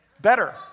Better